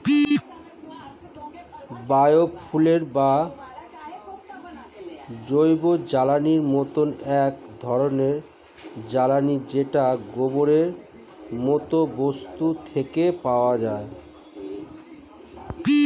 bio fuel বা জৈবজ্বালানী এমন এক ধরণের জ্বালানী যেটা গোবরের মতো বস্তু থেকে পাওয়া যায়